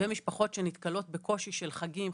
ומשפחות שנתקלות בקושי של חגים,